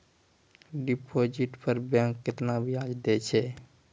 Deposit पर bank केतना ब्याज दै छै?